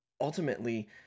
ultimately